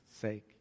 sake